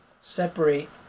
separate